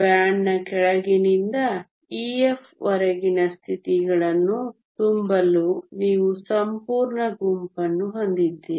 ಬ್ಯಾಂಡ್ನ ಕೆಳಗಿನಿಂದ Ef ವರೆಗಿನ ಸ್ಥಿತಿಗಳನ್ನು ತುಂಬಲು ನೀವು ಸಂಪೂರ್ಣ ಗುಂಪನ್ನು ಹೊಂದಿದ್ದೀರಿ